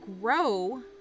grow